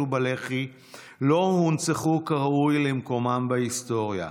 ובלח"י לא הונצחו כראוי למקומם בהיסטוריה.